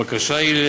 הבקשה היא,